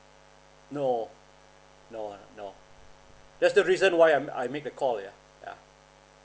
no no no that's the reason why I I make a call yeah yeah